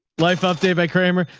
life update by kramer.